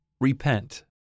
Repent